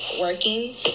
working